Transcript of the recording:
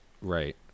Right